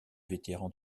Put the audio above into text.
vétérans